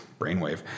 brainwave